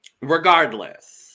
regardless